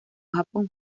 japón